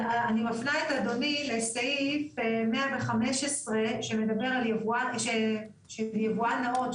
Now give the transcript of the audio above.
אני מפנה את אדוני לסעיף 115 שמדבר על יבואן נאות,